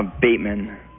Bateman